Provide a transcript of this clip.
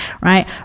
right